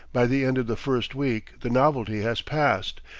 by the end of the first week the novelty has passed,